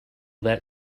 that